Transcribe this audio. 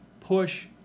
push